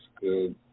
good